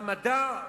והמדע?